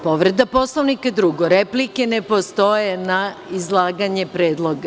Povreda Poslovnika je drugo, replike ne postoje na izlaganje predloga.